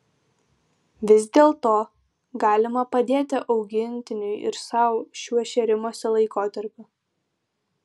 vis dėlto galima padėti augintiniui ir sau šiuo šėrimosi laikotarpiu